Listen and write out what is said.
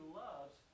loves